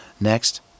Next